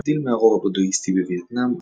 להבדיל מהרוב הבודהיסטי בווייטנאם,